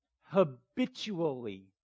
habitually